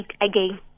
again